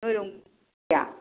ꯅꯣꯏꯔꯣꯝ